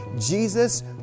Jesus